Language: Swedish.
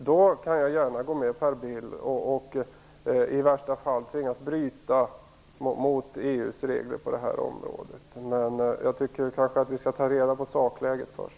Då kan jag gärna gå med Per Bill och i värsta fall bryta mot EU:s regler på det här området. Men jag tycker kanske att vi skall ta reda på sakläget först.